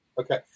Okay